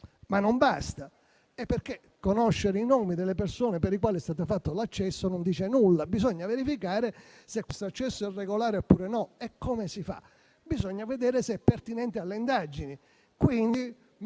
non basta, perché conoscere i nomi delle persone per le quali è stato fatto l'accesso non dice nulla; bisogna verificare se tale accesso è regolare e per farlo bisogna vedere se è pertinente alle indagini.